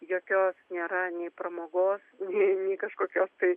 jokios nėra nei pramogos nei nei kažkokios tai